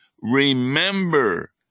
remember